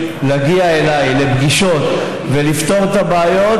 להגיע אליי לפגישות ולפתור את הבעיות,